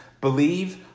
believe